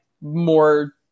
more